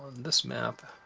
this map,